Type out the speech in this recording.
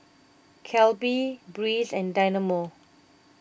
Calbee Breeze and Dynamo